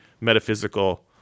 metaphysical